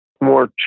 more